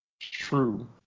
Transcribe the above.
true